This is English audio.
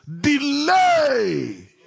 Delay